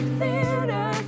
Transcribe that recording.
theater